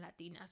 latinas